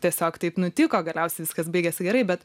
tiesiog taip nutiko galiausiai viskas baigėsi gerai bet